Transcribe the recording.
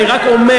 אני רק אומר,